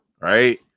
right